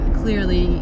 clearly